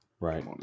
Right